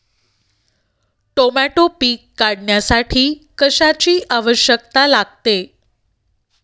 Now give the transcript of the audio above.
Tomato पीक काढण्यासाठी कशाची आवश्यकता लागते?